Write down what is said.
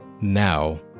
now